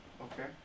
Okay